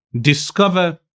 discover